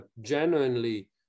genuinely